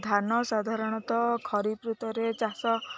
ଧାନ ସାଧାରଣତଃ ଖରିଫ ଋତୁରେ ଚାଷ